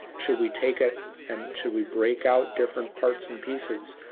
should we take it and should we break out different parts and pieces?